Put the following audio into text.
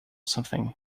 something